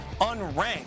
unranked